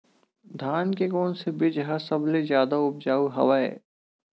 धान के कोन से बीज ह सबले जादा ऊपजाऊ हवय?